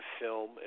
film